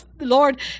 Lord